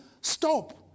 Stop